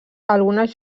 algunes